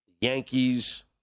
Yankees